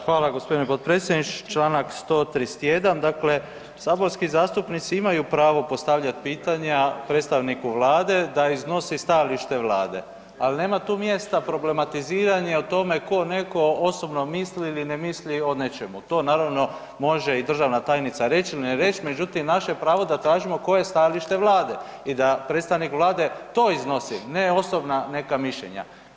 Hvala g. potpredsjedniče, čl. 131., dakle saborski zastupnici imaju pravo postavljat pitanja predstavniku vlade da iznosi stajalište vlade, al nema tu mjesta problematiziranje o tome ko neko osobno misli ili ne misli o nečemu, to naravno može i državna tajnica reć ili ne reć, međutim naše je pravo da tražimo koje je stajalište vlade i da predstavnik vlade to iznosi, ne osobna neka mišljenja.